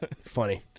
Funny